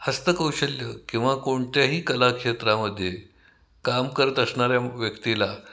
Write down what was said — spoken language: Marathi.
हस्तकौशल्य किंवा कोणत्याही कलाक्षेत्रामध्ये काम करत असणाऱ्या व्यक्तीला